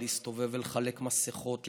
להסתובב ולחלק מסכות,